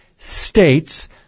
States